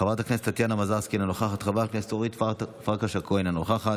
חברת הכנסת טטיאנה מזרסקי, אינה נוכחת,